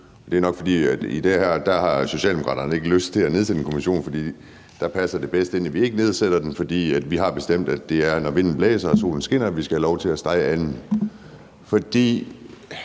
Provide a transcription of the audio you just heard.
Det er nok, fordi Socialdemokraterne i det her ikke har lyst til at nedsætte en kommission, for der det passer bedst ind, at vi ikke nedsætter den, for vi har bestemt, at det er, når vinden blæser og solen skinner, at vi skal have lov til at stege anden.